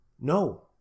no